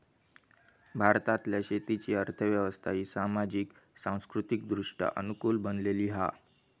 भारतातल्या शेतीची अर्थ व्यवस्था ही सामाजिक, सांस्कृतिकदृष्ट्या अनुकूल बनलेली हा